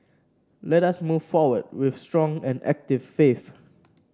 let us move forward with strong and active faith